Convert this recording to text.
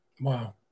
Wow